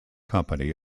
company